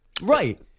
Right